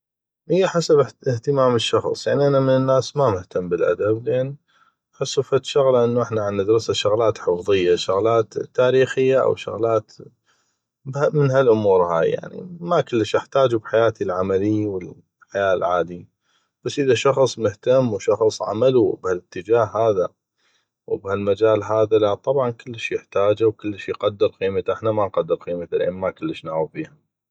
هيه حسب اهتمام الشخص يعني أنا من الناس ما مهتم بالادب يعني احسو فدشغله احتا عندرسه شغلات حفظيه شغلات تاريخيه أو من هالامور هاي يعني ما كلش احتاجو بحياتي العملي والحياة العادي بس اذا شخص مهتم وشخص عملو بهالاتجاه لا طبعا يحتاجو ويقدر قيمتو احنا ما كلش نقدر قيمتو